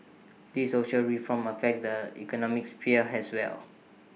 these social reforms affect the economic sphere as well